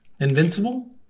Invincible